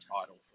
title